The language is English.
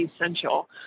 essential